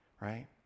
right